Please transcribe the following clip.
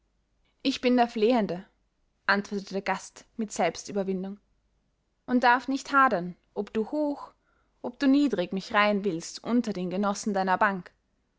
ich bin der flehende antwortete der gast mit selbstüberwindung und darf nicht hadern ob du hoch ob du niedrig mich reihen willst unter den genossen deiner bank